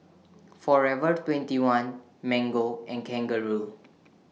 Forever twenty one Mango and Kangaroo